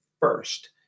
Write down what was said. First